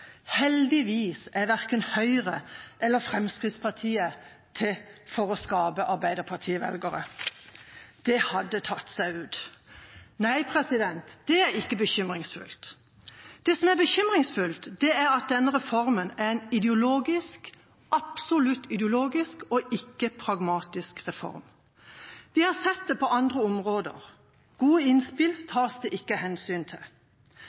Heldigvis er verken Høyre eller Fremskrittspartiet til for å skape arbeiderpartivelgere. Det hadde tatt seg ut. Nei, det er ikke bekymringsfullt. Det som er bekymringsfullt, er at denne reformen er en absolutt ideologisk og ikke en pragmatisk reform. Vi har sett det på andre områder. Gode innspill tas det ikke hensyn til.